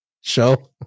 show